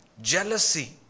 jealousy